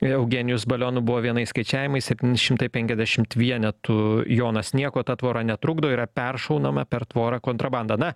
eugenijus balionų buvo vienais skaičiavimais septyni šimtai penkiasdešimt vienetų jonas nieko ta tvora netrukdo yra peršaunama per tvorą kontrabanda na